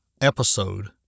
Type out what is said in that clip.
episode